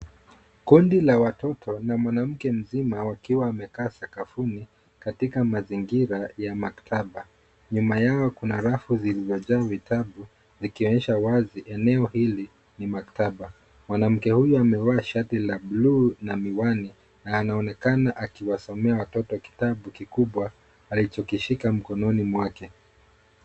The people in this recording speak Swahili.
Kundi la watoto na mwanamke mzima wakiwa wamekaa sakafuni, katika mazingira ya maktaba. Nyuma yao kuna rafu zilizojaa vitabu, likionyesha wazi eneo hili ni maktaba. Mwanamke huyu amevaa shati la bluu na miwani, na anaonekana akiwasomea watoto kitabu kikubwa alichokishika mkononi mwake.